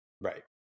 Right